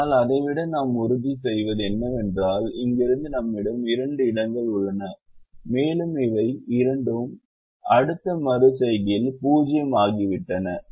ஆனால் அதை விட நாம் உறுதிசெய்வது என்னவென்றால் இங்கிருந்து நம்மிடம் இரண்டு இடங்கள் உள்ளன மேலும் இவை இரண்டும் அடுத்த மறு செய்கையில் 0 ஆகிவிட்டன